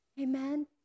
Amen